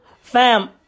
Fam